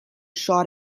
shot